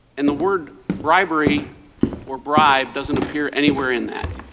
and the word bribery or bribe doesn't appear anywhere in that.